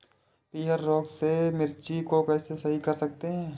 पीहर रोग से मिर्ची को कैसे सही कर सकते हैं?